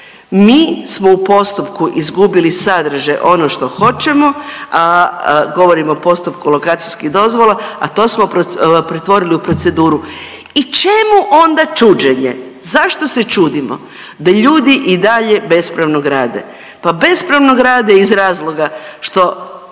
Mi smo u postupku izgubili sadržaj ono što hoćemo, a govorim o postupku lokacijskih dozvola a to smo pretvorili u proceduru. I čemu onda čuđenje? Zašto se čudimo da ljudi i dalje bespravno grade? Pa bespravno grade iz razloga što